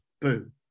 boom